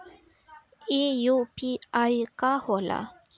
ई यू.पी.आई का होला?